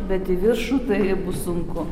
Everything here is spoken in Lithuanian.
bet į viršų tai bus sunku